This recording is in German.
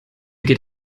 geht